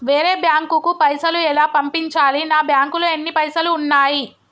వేరే బ్యాంకుకు పైసలు ఎలా పంపించాలి? నా బ్యాంకులో ఎన్ని పైసలు ఉన్నాయి?